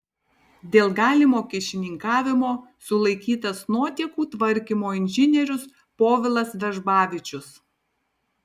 dėl galimo kyšininkavimo sulaikytas nuotėkų tvarkymo inžinierius povilas vežbavičius